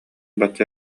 бачча